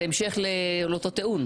זה המשך לאותו טיעון.